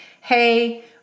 hey